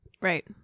Right